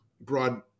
broad